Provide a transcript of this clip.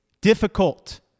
difficult